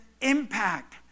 impact